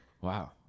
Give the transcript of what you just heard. Wow